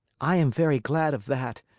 i am very glad of that,